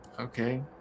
Okay